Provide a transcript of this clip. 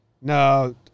No